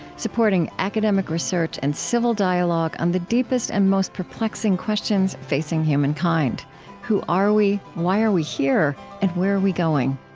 supporting academic research and civil dialogue on the deepest and most perplexing questions facing humankind who are we? why are we here? and where are we going?